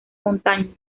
montaña